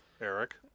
Eric